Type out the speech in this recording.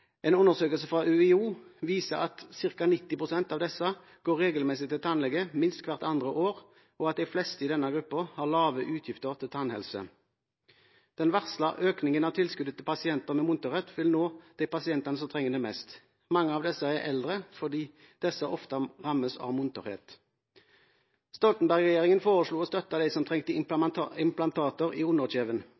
En undersøkelse fra UiO viser at ca. 90 pst. av disse går regelmessig til tannlege minst hvert andre år, og at de fleste i denne gruppen har lave utgifter til tannhelse. Den varslede økningen av tilskuddet til pasienter med munntørrhet vil nå de pasientene som trenger det mest. Mange av disse er eldre, fordi disse ofte rammes av munntørrhet. Stoltenberg-regjeringen foreslo å støtte dem som trengte implantater i